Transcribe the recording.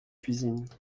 cuisine